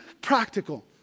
practical